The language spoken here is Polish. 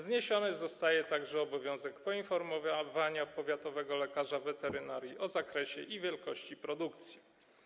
Zniesiony zostaje także obowiązek poinformowania powiatowego lekarza weterynarii o zakresie i wielkości produkcji.